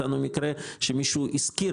מצאנו מקרה שמישהו השכיר